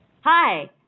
Hi